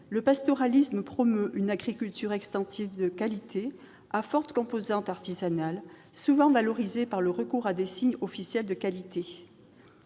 le pastoralisme promeut une agriculture extensive de qualité, à forte composante artisanale, souvent valorisée par le recours à des signes officiels de qualité.